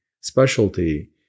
specialty